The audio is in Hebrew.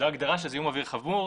זו ההגדרה של זיהום אוויר חמור,